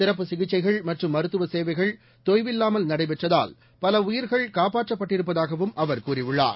சிறப்பு சிகிச்சைகள் மற்றும் மருத்துவ சேவைகள் தொய்வில்லாமல் நடைபெற்றதால் பல உயிர்கள் காப்பாற்றப்பட்டிருப்பதாகவும் அவர் கூறியுள்ளார்